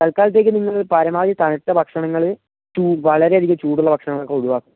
തൽക്കാലത്തേക്ക് നിങ്ങൾ പരമാവതി തണുത്ത ഭക്ഷണങ്ങൾ തൂ വളരെ അധികം ചൂടുള്ള ഭക്ഷണങ്ങൾ ഒക്കെ ഒഴിവാക്കുക